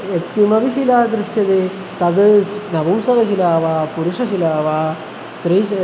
यत्किमपि शिला दृश्यते तद् नपुंसकशिला वा पुरुषशिला वा स्त्रीशिला